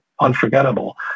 unforgettable